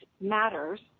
matters